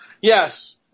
yes